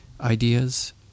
ideas